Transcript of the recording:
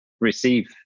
receive